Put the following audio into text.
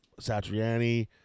Satriani